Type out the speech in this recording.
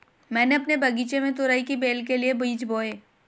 मैंने अपने बगीचे में तुरई की बेल के लिए बीज बोए